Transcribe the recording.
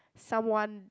someone